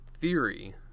theory